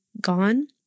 gone